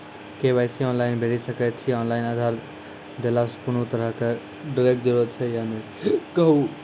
KYC online भैरि सकैत छी, ऑनलाइन आधार देलासॅ कुनू तरहक डरैक जरूरत छै या नै कहू?